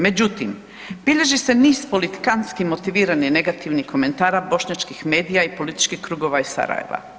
Međutim, bilježi se niz politikanski motiviranih negativnih komentara bošnjačkih medija i političkih krugova iz Sarajeva.